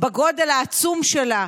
בגודל העצום שלה,